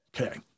Okay